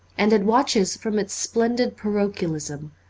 and it watches from its splendid parochialism,